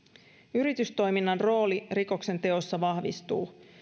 yritystoiminnan rooli rikoksenteossa vahvistuu